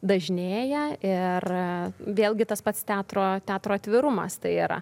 dažnėja ir vėlgi tas pats teatro teatro atvirumas tai yra